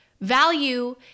value